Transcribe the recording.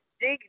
dig